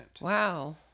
Wow